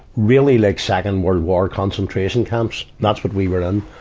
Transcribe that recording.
really, like second world war concentration camps, that's what we were in.